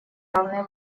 равные